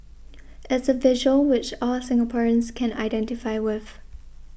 it's a visual which all Singaporeans can identify with